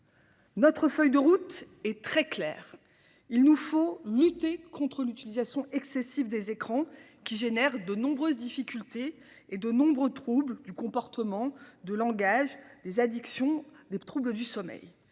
Notre feuille de route est très clair, il nous faut lutter contre l'utilisation excessive des écrans qui génère de nombreuses difficultés et de nombreux troubles du comportement de langage des addictions, des troubles du sommeil,